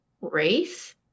race